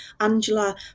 Angela